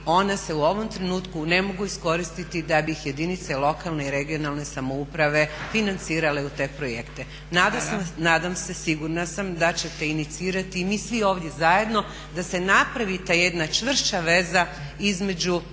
ona se u ovom trenutku ne mogu iskoristiti da bi ih jedinice lokalne i regionalne samouprave financirale u te projekte. Nadam se, sigurna sam da ćete inicirati i mi svi ovdje zajedno da se napravi ta jedna čvršća veza između